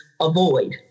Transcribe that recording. avoid